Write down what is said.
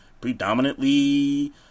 predominantly